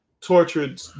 tortured